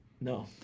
No